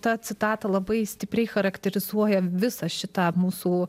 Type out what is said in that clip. ta citata labai stipriai charakterizuoja visą šitą mūsų